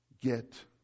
get